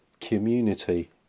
community